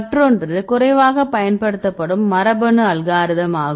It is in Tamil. மற்றொன்று குறைவாக பயன்படுத்தப்படும் மரபணு அல்காரிதம் ஆகும்